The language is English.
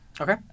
Okay